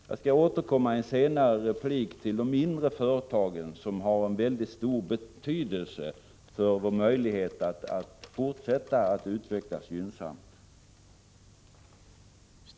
Jag skall återkomma i en senare replik till de mindre företagen, som har mycket stor betydelse för vårt lands möjlighet att fortsätta att utvecklas gynnsamt.